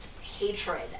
hatred